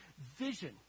vision